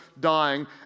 dying